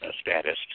status